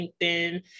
LinkedIn